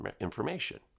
information